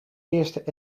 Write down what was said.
eerste